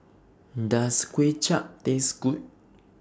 Does Kway Chap Taste Good